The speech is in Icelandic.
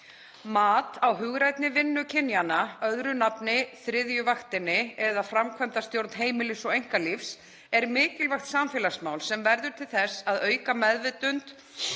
Mat á hugrænni vinnu kynjanna, öðru nafni þriðju vaktinni eða framkvæmdastjórn heimilis og einkalífs, er mikilvægt samfélagsmál sem verður til þess að auka meðvitund um